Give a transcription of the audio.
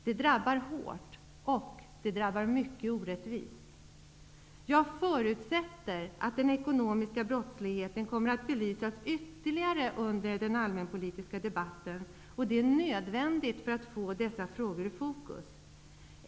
Det drabbar hårt och mycket orättvist. Jag förutsätter att den ekonomiska brottsligheten kommer att belysas ytterligare under den allmänpolitiska debatten. Det är nödvändigt för att få dessa frågor i fokus.